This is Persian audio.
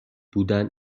بودن